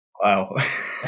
Wow